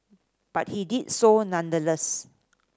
but he did so nonetheless